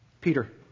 Peter